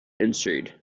ensued